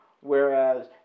Whereas